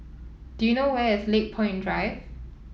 do you know where is Lakepoint Drive